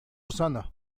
سنة